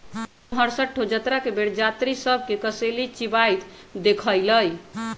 हम हरसठ्ठो जतरा के बेर जात्रि सभ के कसेली चिबाइत देखइलइ